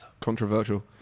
Controversial